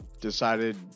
Decided